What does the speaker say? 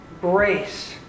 grace